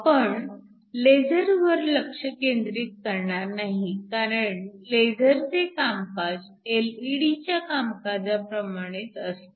आपण लेझरवर लक्ष केंद्रित करणार नाही कारण लेझरचे कामकाज एलइडीच्या कामकाजाप्रमाणेच असते